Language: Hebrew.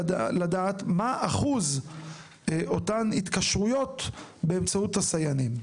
לדעת מה אחוז אותן התקשרויות באמצעות הסייענים.